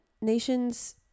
nation's